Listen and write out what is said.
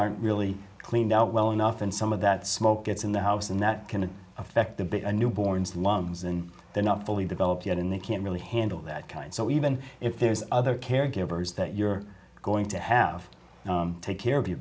aren't really cleaned up well enough and some of that smoke gets in the house and that can affect the newborns lungs and they're not fully developed yet in they can't really handle that kind so even if there's other caregivers that you're going to have take care of you